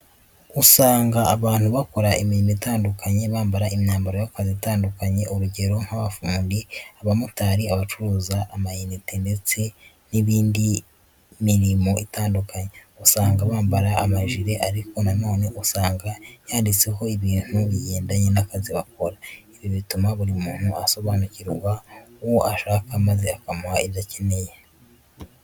Usanga abantu bakora imirimo itandukanye bambara imyambaro y'akazi itandukanye urugero nk'abafundi, abamotari, abacuruza amayinite ndetse n'indi mirimo itandukanye, usanga bambara amajire ariko nanone usanga yanditseho ibintu bigendanye n'akazi bakora, ibi bituma buri muntu asobanukirwa uwo ashaka maze akamuha ibyo akeneye.